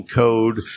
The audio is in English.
code